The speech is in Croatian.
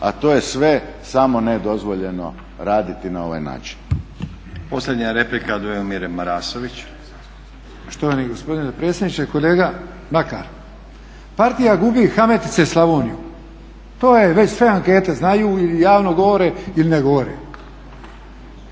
a to je sve samo ne dozvoljeno raditi na ovaj način.